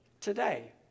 today